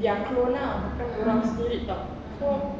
their clone ah orang sendiri [tau] so